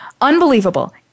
Unbelievable